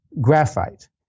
graphite